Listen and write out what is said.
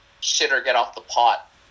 shit-or-get-off-the-pot